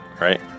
right